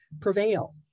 prevail